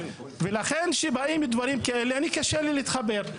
ולכן, כשבאים דברים כאלה, אני, קשה לי להתחבר.